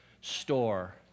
store